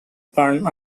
burn